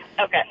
okay